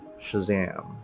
shazam